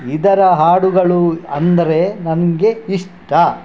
ಇದರ ಹಾಡುಗಳು ಅಂದರೆ ನನಗೆ ಇಷ್ಟ